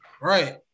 Right